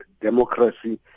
democracy